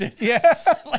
Yes